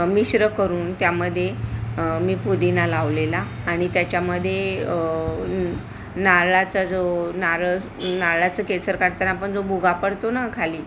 मिश्र करून त्यामध्ये मी पुदिना लावलेला आणि त्याच्यामध्ये नारळाचा जो नारळ नारळाचं केसर काढताना आपण जो भुगा पडतो ना खाली